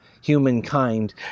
humankind